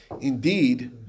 indeed